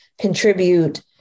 contribute